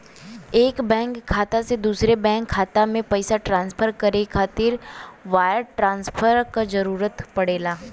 एक बैंक खाता से दूसरे बैंक खाता में पइसा ट्रांसफर करे खातिर वायर ट्रांसफर क जरूरत पड़ेला